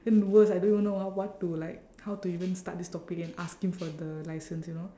then the worst I don't even know how what to like how to even start this topic and ask him for the license you know